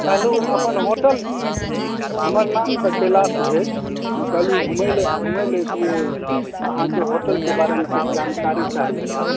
कहलहुॅं अपन होटल हमर नाम तऽ कैलाश भेल कहलहुॅं घुमै लए घुमै लए ऐतियै अहाँके होटलके बारेमे किछु जानकारी चाही हमरा